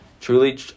Truly